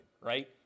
right